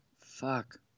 Fuck